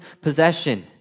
possession